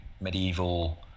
medieval